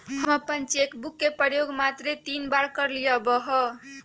हम अप्पन cheque book के प्रयोग मातरे तीने बेर कलियइ हबे